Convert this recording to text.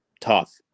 tough